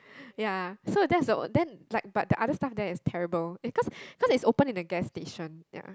ya so that's the then like but the other stuff there is terrible eh cause cause it's opened in the gas station ya